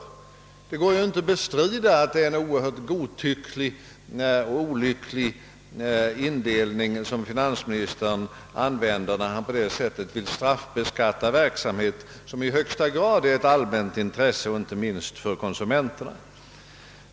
Det går inte att bestrida att det är en oerhört godtycklig och olycklig indelning som finansministern använder när han på detta sätt vill straffbeskatta verksamhet som i högsta grad är ett allmänt intresse, inte minst för konsumenterna.